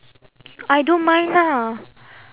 I don't mind ah